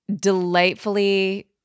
delightfully